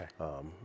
okay